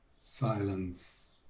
silence